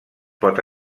pot